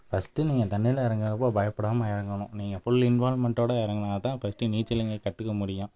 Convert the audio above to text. first நீங்கள் தண்ணியில இறங்கறப்போ பயப்படாமல் இறங்கணும் நீங்கள் ஃபுல் இன்வால்வ்மெண்ட்டோட இறங்கனா தான் பர்ஸ்ட்டு நீச்சல் நீங்கள் கற்றுக்க முடியும்